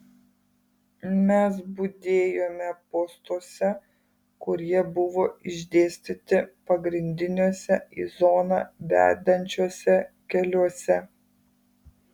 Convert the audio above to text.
mes budėjome postuose kurie buvo išdėstyti pagrindiniuose į zoną vedančiuose keliuose